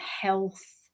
health